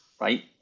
right